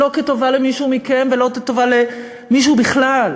לא כטובה למישהו מכם ולא כטובה למישהו בכלל,